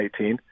2018